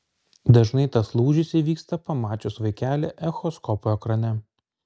dažnai tas lūžis įvyksta pamačius vaikelį echoskopo ekrane